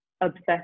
obsessed